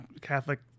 Catholic